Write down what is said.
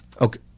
Okay